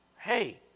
Hey